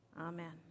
amen